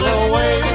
away